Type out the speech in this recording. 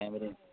ഫാമിലിയാണ്